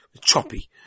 choppy